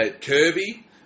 Kirby